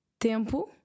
Tempo